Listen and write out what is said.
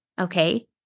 Okay